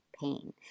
pain